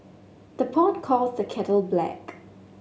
the pot calls the kettle black